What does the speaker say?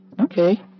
Okay